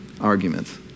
arguments